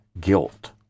guilt